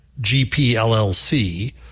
GPLLC